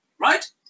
right